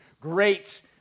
great